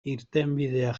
irtenbideak